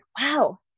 wow